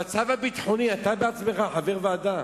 המצב הביטחוני, אתה בעצמך חבר ועדה,